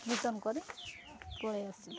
return କରି ପଲେଇ ଆସି